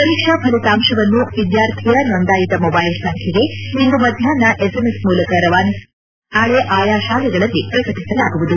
ಪರೀಕ್ಷಾ ಫಲಿತಾಂಶವನ್ನು ವಿದ್ವಾರ್ಥಿಯ ನೋಂದಾಯಿತ ಮೊಬೈಲ್ ಸಂಖ್ಡೆಗೆ ಇಂದು ಮಧ್ವಾಹ್ನ ಎಸ್ಎಂಎಸ್ ಮೂಲಕ ರವಾನಿಸಲಾಗುವುದು ಹಾಗೂ ನಾಳೆ ಆಯಾ ಶಾಲೆಗಳಲ್ಲಿ ಪ್ರಕಟಿಸಲಾಗುವುದು